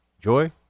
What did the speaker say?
Joy